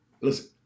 Listen